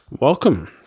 Welcome